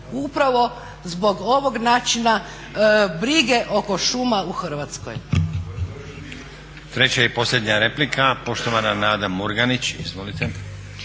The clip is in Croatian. upravo zbog ovog načina brige oko šuma u Hrvatskoj.